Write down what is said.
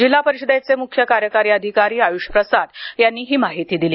जिल्हा परिषदेचे मुख्य कार्यकारी अधिकारी आयुष प्रसाद यांनी ही माहिती दिली